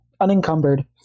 unencumbered